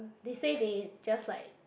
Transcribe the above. they say they just like